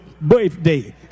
birthday